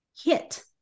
hit